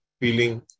feeling